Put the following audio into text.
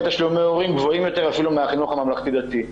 תשלומי הורים גבוהים יותר אפילו מהחינוך הממלכתי-דתי.